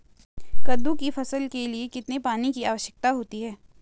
कद्दू की फसल के लिए कितने पानी की आवश्यकता होती है?